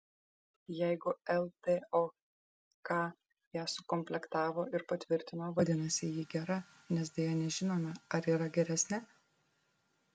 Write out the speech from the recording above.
jeigu ltok ją sukomplektavo ir patvirtino vadinasi ji gera nes deja nežinome ar yra geresnė